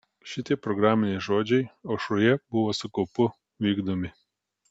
šitie programiniai žodžiai aušroje buvo su kaupu vykdomi